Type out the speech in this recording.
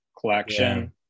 collection